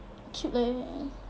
cute leh